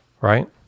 Right